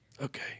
Okay